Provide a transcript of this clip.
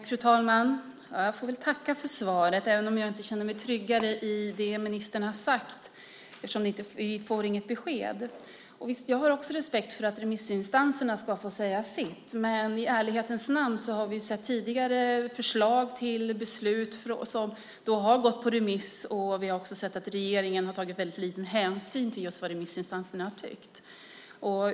Fru talman! Jag får väl tacka för svaret även om jag inte känner mig tryggare med det ministern sagt. Vi får inget besked. Visst, jag har respekt för att remissinstanserna ska få säga sitt, men i ärlighetens namn har vi sett tidigare förslag till beslut gå på remiss och sedan sett att regeringen tagit liten hänsyn till vad remissinstanserna tyckt.